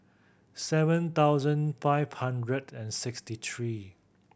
seven thousand five hundred and sixty three